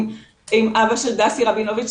עם אבא של דסי רבינוביץ,